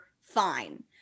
fine